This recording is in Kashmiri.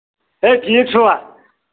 ہے ٹھیٖک چھُوا